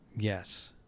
Yes